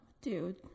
Dude